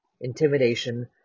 intimidation